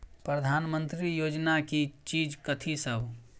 प्रधानमंत्री योजना की चीज कथि सब?